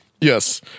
Yes